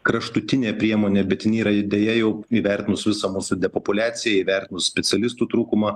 kraštutinė priemonė bet jin yra deja jau įvertinus visą mūsų depopuliaciją įvertinus specialistų trūkumą